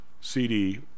CD